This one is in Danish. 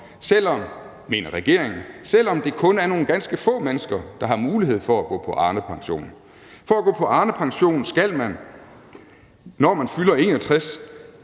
selv om, mener regeringen, det kun er nogle ganske få mennesker, der har mulighed for at gå på Arnepension. For at gå på Arnepension skal man, når man fylder 61